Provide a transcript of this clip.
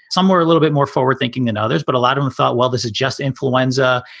somewhere a little bit more forward thinking than others. but a lot of them thought, well, this is just influenza.